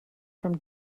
from